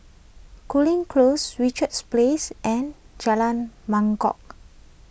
Cooling Close Richards Place and Jalan Mangkok